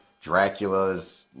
dracula's